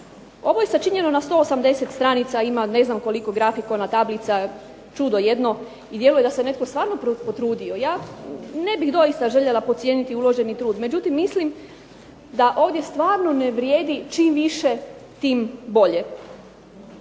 Ovo je sačinjeno na 180 stranica, ima ne znam koliko grafikona, tablica čudo jedno i djeluje da se netko stvarno potrudio. Ja ne bih doista željela podcijeniti uloženi trud, međutim mislim da ovdje stvarno ne vrijedi čim više tim bolje.